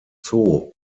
zoo